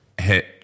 hit